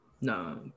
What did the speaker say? No